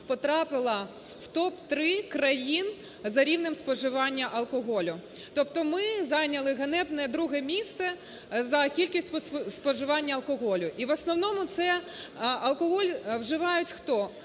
потрапила в топ-3 країн за рівнем споживання алкоголю. Тобто ми зайняли ганебне друге місце за кількістю споживання алкоголю. І в основному це алкоголь вживають хто?